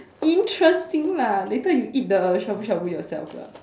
interesting lah later you eat the shabu-shabu yourself lah